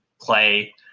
play